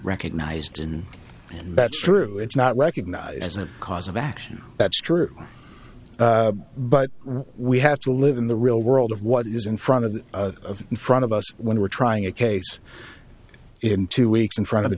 recognized and that's true it's not recognized as a cause of action that's true but we have to live in the real world of what is in front of that in front of us when we're trying a case in two weeks in front of